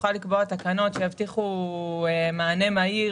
שתוכל לקבוע תקנות שיבטיחו מענה מהיר